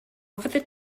fyddet